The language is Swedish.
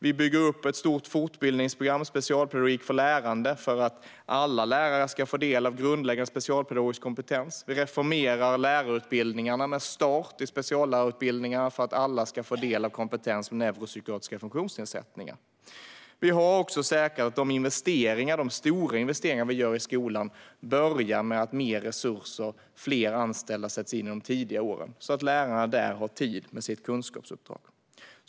Vi bygger upp ett stort fortbildningsprogram, Specialpedagogik för lärande, för att alla lärare ska få del av grundläggande specialpedagogisk kompetens. Vi reformerar lärarutbildningarna, med start i speciallärarutbildningarna, för att alla ska få del av kompetens om neuropsykiatriska funktionsnedsättningar. Vi har också säkrat att de stora investeringar vi gör i skolan börjar med att mer resurser och fler anställda sätts in under de tidiga åren, så att lärarna där har tid med sitt kunskapsuppdrag.